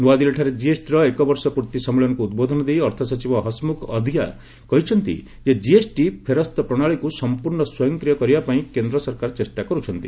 ନୂଆଦିଲ୍ଲୀଠାରେ ଜିଏସ୍ଟି ର ଏକବର୍ଷ ପୂର୍ତ୍ତୀ ସମ୍ମିଳନୀକୁ ଉଦ୍ବୋଧନ ଦେଇ ଅର୍ଥ ସଚିବ ହସ୍ମୁଖ ଆଧିଆ କହିଛନ୍ତି ଯେ କିଏସ୍ଟି ଫେରସ୍ତ ପ୍ରଣାଳୀକୁ ସଂପୂର୍ଷ ସ୍ୱୟଂକ୍ରିୟ କରିବା ପାଇଁ କେନ୍ଦ୍ର ସରକାର ଚେଷ୍ଟା କର୍ରଛନ୍ତି